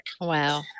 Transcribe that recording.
Wow